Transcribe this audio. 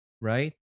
right